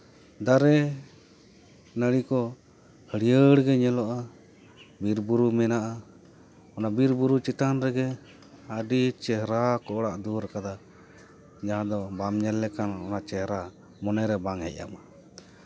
ᱫᱟᱨᱮ ᱱᱟᱹᱲᱤ ᱠᱚ ᱦᱟᱹᱲᱭᱟᱹᱨ ᱜᱮ ᱧᱮᱞᱚᱜᱼᱟ ᱵᱤᱨᱼᱵᱩᱨᱩ ᱢᱮᱱᱟᱜᱼᱟ ᱚᱱᱟ ᱵᱤᱨᱼᱵᱩᱨᱩ ᱪᱮᱛᱟᱱ ᱨᱮᱜᱮ ᱟᱹᱰᱤ ᱪᱮᱦᱨᱟ ᱠᱚ ᱚᱲᱟᱜ ᱫᱩᱣᱟᱹᱨ ᱠᱟᱫᱟ ᱡᱟᱦᱟᱸ ᱫᱚ ᱵᱟᱢ ᱧᱮᱞ ᱞᱮᱠᱷᱟᱱ ᱚᱱᱟ ᱪᱮᱦᱨᱟ ᱢᱚᱱᱮᱨᱮ ᱵᱟᱝ ᱦᱮᱡ ᱟᱢᱟ